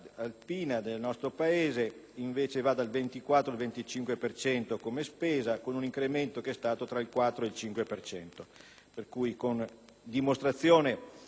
Grazie.